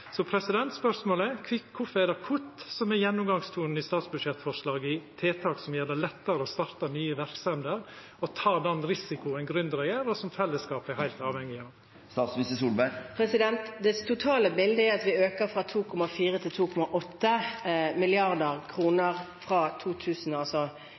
Så spørsmålet er: Kvifor er det kutt som er gjennomgangstonen i statsbudsjettforslaget i tiltak som gjer det lettare å starta nye verksemder og ta den risikoen gründerar gjer, som fellesskapet er heilt avhengig av? Det totale bildet er at vi øker fra 2,4 til 2,8